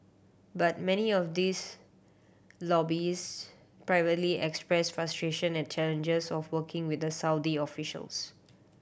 but many of these lobbyist privately express frustration at challenges of working with Saudi officials